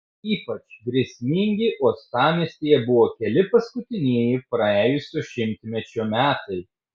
ypač grėsmingi uostamiestyje buvo keli paskutinieji praėjusio šimtmečio metai